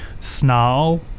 Snarl